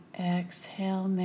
Exhale